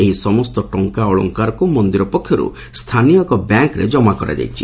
ଏହି ସମସ୍ତ ଟଙ୍ଙା ଓ ଅଳଙ୍କାରକୁ ମନିର ପକ୍ଷରୁ ସ୍ଥାନୀୟ ଏକ ବ୍ୟାଙ୍କରେ ଜମା କରାଯାଇଛି